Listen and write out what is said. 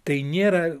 tai nėra